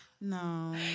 No